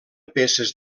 peces